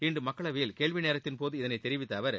இன்று மக்களவையில் கேள்விநேரத்தின்போது இதனை தெரிவித்த அவர்